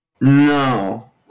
No